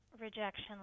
rejection